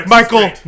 Michael